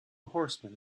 horsemen